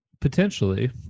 potentially